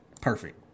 Perfect